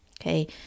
Okay